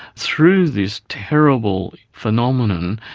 through this terrible phenomenon,